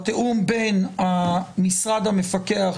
בתיאום בין המשרד המפקח,